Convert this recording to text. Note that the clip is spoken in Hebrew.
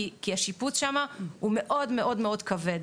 כי השיפוץ שמה הוא מאוד מאד מאוד כבד.